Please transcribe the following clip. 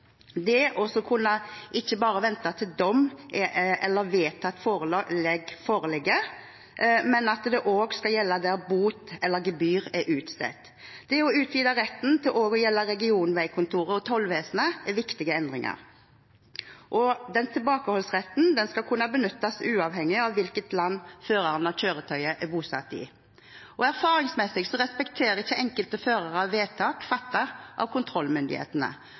ikke bare å måtte vente til dom eller vedtatt forelegg, men at dette også skal gjelde der bot eller gebyr er utstedt. Det å utvide retten til også å gjelde regionveikontorer og Tollvesenet er viktige endringer. Den tilbakeholdsretten skal kunne benyttes uavhengig av hvilket land føreren av kjøretøyet er bosatt i. Erfaringsmessig respekterer ikke enkelte førere vedtak fattet av kontrollmyndighetene.